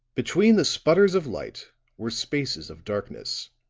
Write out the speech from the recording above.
between the sputters of light were spaces of darkness